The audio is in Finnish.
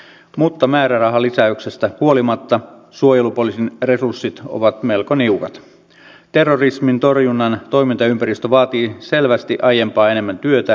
tämä olisi jo yksi vahva peruste välikysymykselle kun pääministeri sipilä ei halunnut tuoda omatoimisesti selvitystä valmisteluprosesseista eduskunnan keskusteltavaksi